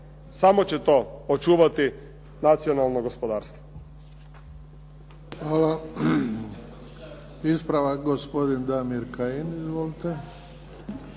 samo će to očuvati nacionalno gospodarstvo. **Bebić, Luka (HDZ)** Hvala. Ispravak gospodin Damir Kajin. Izvolite.